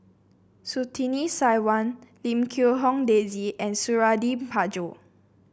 Surtini Sarwan Lim Quee Hong Daisy and Suradi Parjo